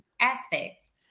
Aspects